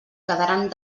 quedaran